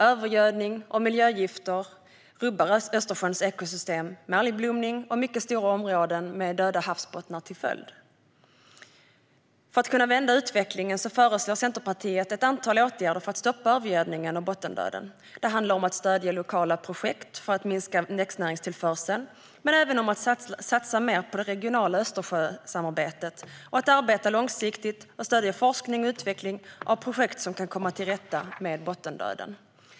Övergödning och miljögifter rubbar Östersjöns ekosystem, med algblomning och mycket stora områden med döda havsbottnar som följd. För att vi ska kunna vända utvecklingen föreslår Centerpartiet ett antal åtgärder för att stoppa övergödningen och bottendöden. Det handlar om att stödja lokala projekt för att minska växtnäringstillförseln men även om att satsa mer på det regionala Östersjösamarbetet och om att arbeta långsiktigt och stödja forskning och utveckling av projekt som kan komma till rätta med bottendöden.